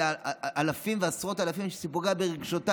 יש אלפים ועשרות אלפים שאתה פוגע ברגשות שלהם.